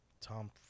Tom